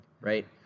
right